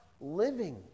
living